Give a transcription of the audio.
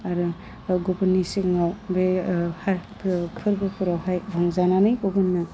आरो गुबुनि सिगाङाव बे हा फोरबोफोरावहाय रंजानानै गुबुननो